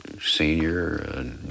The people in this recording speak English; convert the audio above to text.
senior